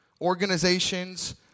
organizations